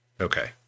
Okay